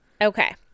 Okay